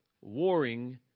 Warring